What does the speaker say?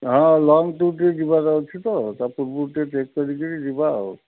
ହଁ ଲଙ୍ଗ୍ ଟ୍ରିପ୍ରେ ଯିବାର ଅଛି ତ ତା ପୂର୍ବରୁ ଟିକେ ଚେକ୍ କରିକିରି ଯିବା